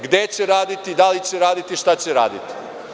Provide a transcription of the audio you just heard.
Gde će raditi, da li će raditi i šta će raditi?